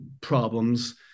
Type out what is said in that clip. problems